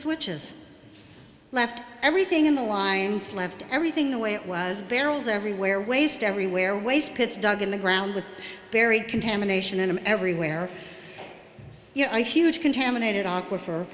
switches left everything in the lines left everything the way it was barrels everywhere waste everywhere waste pits dug in the ground with buried contamination and everywhere you know he was contaminated awkward for